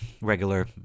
regular